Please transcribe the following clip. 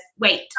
wait